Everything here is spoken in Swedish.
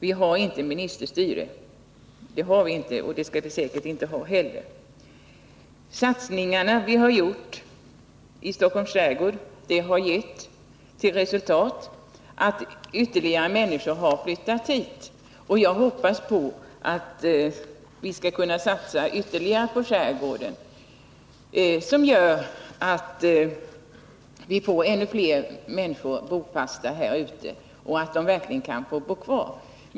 Vi har inte ministerstyre, och det skall vi inte heller ha. De satsningar vi har gjort i Stockholms skärgård har gett till resultat att ytterligare människor har flyttat dit. Jag hoppas att vi skall kunna satsa mer på skärgården, så att vi får ännu fler människor bofasta där och att de verkligen kan bo kvar.